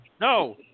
No